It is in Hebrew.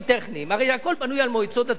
המשמעות של העניין היא שאם ימצאו איזה רב